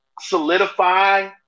solidify